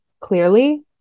clearly